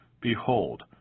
Behold